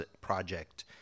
project